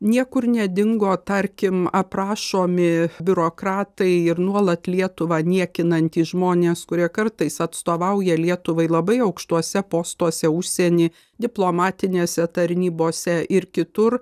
niekur nedingo tarkim aprašomi biurokratai ir nuolat lietuvą niekinantys žmonės kurie kartais atstovauja lietuvai labai aukštuose postuose užsieny diplomatinėse tarnybose ir kitur